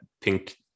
pink